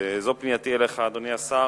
אדוני השר,